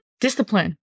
Discipline